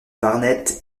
barnett